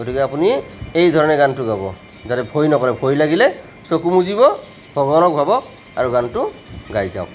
গতিকে আপুনি এইধৰণে গানটো গাব যাতে ভয় নকৰে ভয় লাগিলে চকু মুদিব ভগৱানক ভাবক আৰু গানটো গাই যাওক